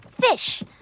Fish